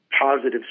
positive